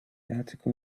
article